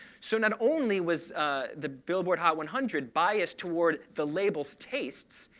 so not only was the billboard hot one hundred biased toward the labels tastes,